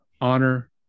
honor